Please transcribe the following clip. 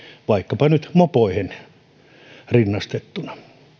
vaikkapa nyt mopoihin rinnastettuina